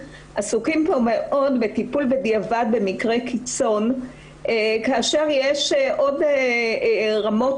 עסוקים פה בטיפול בדיעבד במקרי קיצון כאשר יש עוד רמת